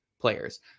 players